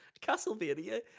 Castlevania